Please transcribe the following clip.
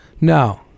No